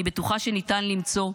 אני בטוחה שניתן למצוא,